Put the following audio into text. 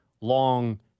long